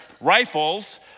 rifles